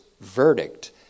verdict